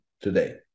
today